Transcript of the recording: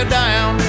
down